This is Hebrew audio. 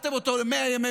למה?